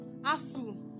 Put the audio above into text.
asu